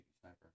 Sniper